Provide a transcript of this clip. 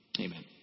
Amen